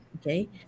Okay